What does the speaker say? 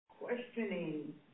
questioning